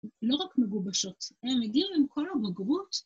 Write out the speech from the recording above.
לא רק מגובשות, הם מגיעים עם כל המגרות